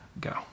go